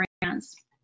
brands